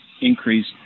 increase